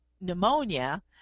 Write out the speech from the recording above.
pneumonia